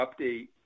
update